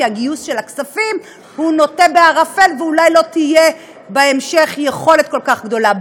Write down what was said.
כי הגיוס של הכספים לוט בערפל ואולי לא תהיה בהמשך יכולת כל כך גדולה.